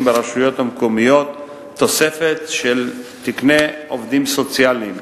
ברשויות המקומיות תוספת של תקני עובדים סוציאליים,